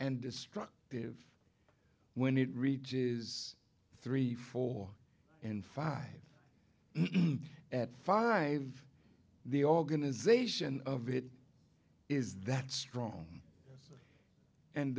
and destructive when it reaches three four and five at five the organization of it is that strong and